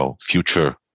future